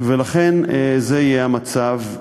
לכן זה יהיה המצב.